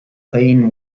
plain